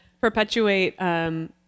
perpetuate